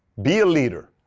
be a leader.